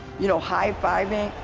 you know, high-fiving.